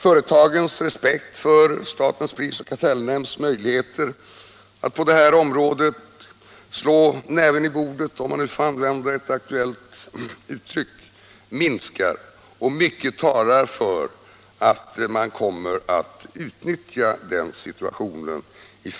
Företagens respekt för SPK:s möjligheter att på det här området slå näven i bordet — om jag nu får använda ett aktuellt uttryck — minskar, och mycket talar för att företagen kommer att utnyttja den situationen.